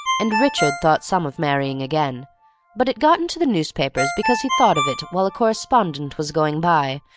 and richard thought some of marrying again but it got into the newspapers because he thought of it while a correspondent was going by,